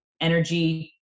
energy